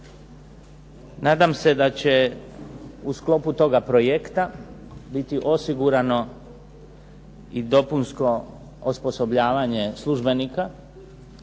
Nadam se da će u sklopu toga projekta biti osigurano i dopunsko osposobljavanje službenika,